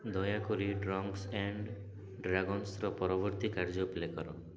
ଦୟାକରି drunks and ଡ୍ରାଗନ୍ସର ପରବର୍ତ୍ତୀ କାର୍ଯ୍ୟ ପ୍ଲେ କର